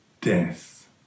death